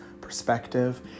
perspective